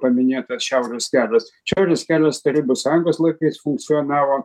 paminėtas šiaurės kelias šiaurės kelias tarybų sąjungos laikais funkcionavo